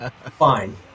Fine